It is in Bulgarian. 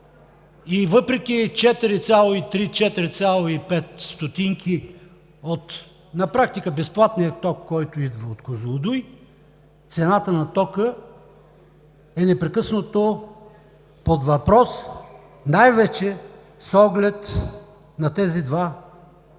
и въпреки 4,3 – 4,5 стотинки от на практика безплатния ток, който идва от „Козлодуй“, цената на тока е непрекъснато под въпрос, най-вече с оглед на тези два източника.